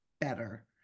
better